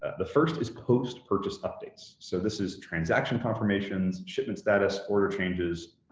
the first is post-purchase updates. so this is transaction confirmations, shipment status, order changes,